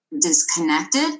disconnected